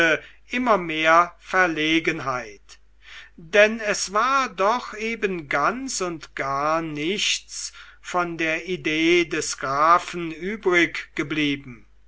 immer mehr verlegenheit denn es war doch eben ganz und gar nichts von der idee des grafen